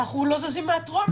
אנחנו לא זזים מהטרומית.